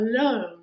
alone